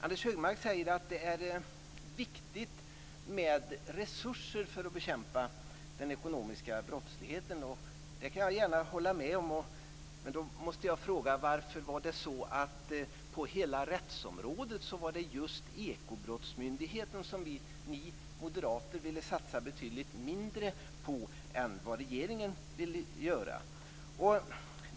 Anders Högmark säger att det är viktigt med resurser för att bekämpa den ekonomiska brottsligheten. Det kan jag gärna hålla med om. Men varför var det på hela rättsområdet just Ekobrottsmyndigheten som ni moderater ville satsa betydligt mindre på än vad regeringen ville göra?